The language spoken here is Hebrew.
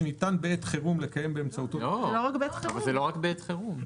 שניתן בעת חירום לקיים באמצעותו --- זה לא רק בעת חירום.